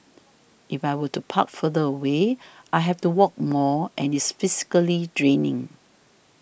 if I were to park further away I have to walk more and it's physically draining